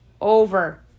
over